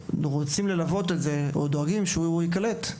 ודואגים שהוא ייקלט,